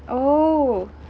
oh